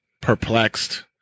perplexed